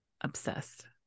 obsessed